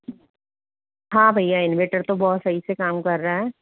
हाँ भैया इन्वेटर तो बहुत सही से काम कर रहा है